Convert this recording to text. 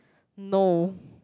no